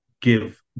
give